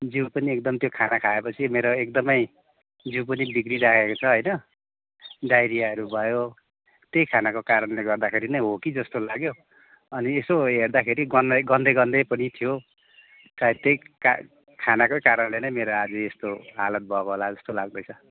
जिउ पनि एकदम त्यो खाना खाए पछि मेरो एकदमै जिउ पनि बिग्रिराखेको छ होइन डाइरियाहरू भयो त्यही खानाको कारणले गर्दाखेरि नै हो कि जस्तो लाग्यो अनि यसो हेर्दाखेरि गन्ध गन्धे गन्धे पनि थियो सायद त्यही का खानाको कारणले नै मेरो आज यस्तो हालत भएको होला जस्तो लाग्दैछ